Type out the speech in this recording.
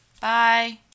Bye